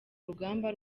rugamba